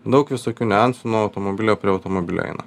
daug visokių niuansų nuo automobilio prie automobilio eina